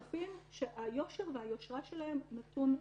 גופים שהיושר והיושרה שלהם נתון בספק.